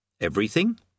Everything